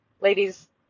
Ladies